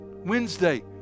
Wednesday